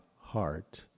heart